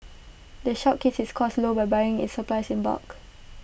the shop keeps its costs low by buying its supplies in bulk